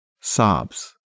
sobs